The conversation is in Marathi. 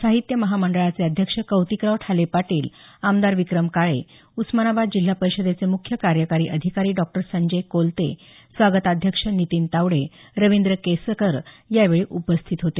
साहित्य महामंडळाचे अध्यक्ष कौतिकराव ठाले पाटील आमदार विक्रम काळे उस्मानाबाद जिल्हा परिषदेचे मुख्य कार्यकारी अधिकारी डॉक्टर संजय कोलते स्वागताध्यक्ष नितीन तावडे रवींद्र केसकर यावेळी उपस्थित होते